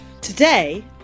Today